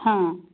हां